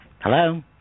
Hello